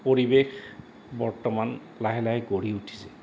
পৰিৱেশ বৰ্তমান লাহে লাহে গঢ়ি উঠিছে